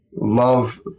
love